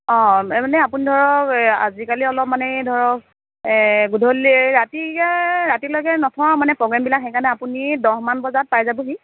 অঁ এই মানে আপুনি ধৰক এই আজিকালি অলপ মানে এই ধৰক গধূলি ৰাতিকৈ ৰাতিলৈকে নথওঁ আৰু মানে প্ৰগ্ৰেমবিলাক সেইকাৰণে আপুনি দহমান বজাত পাই যাবহি